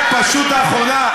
את פשוט האחרונה.